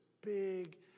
big